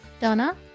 Donna